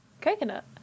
Coconut